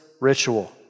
ritual